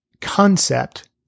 concept